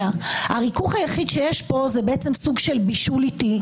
הריכוך היחיד שיש פה זה סוג של בישול איטי.